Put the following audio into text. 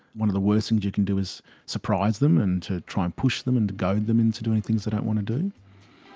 one of the worst things you can do is surprise them and to try and push them and to goad them into doing things they don't want to do.